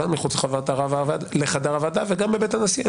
או מחוץ לחדר הוועדה וגם בבית הנשיא.